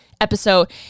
episode